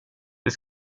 det